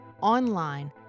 online